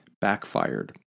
backfired